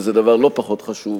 וזה דבר לא פחות חשוב,